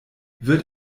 wird